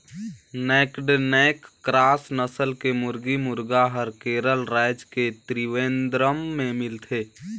naked neck cross नसल के मुरगी, मुरगा हर केरल रायज के त्रिवेंद्रम में मिलथे